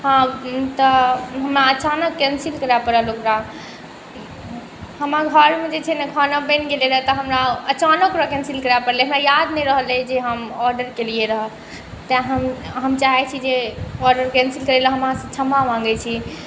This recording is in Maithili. हाँ तऽ हमरा अचानक कैन्सिल करऽ पड़ल ओकरा हमर घरमे जे छै ने खाना बनि गेलै रहै तऽ हमरा अचानक ओकरा कैन्सिल करऽ पड़लै एकर याद नहि रहलै जे हम ऑडर केलिए रहै तेँ हम हम चाहै छी जे ऑडर कैन्सिल करैलए हम अहाँसँ क्षमा माँगै छी